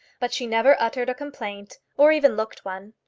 but she never uttered a complaint, or even looked one.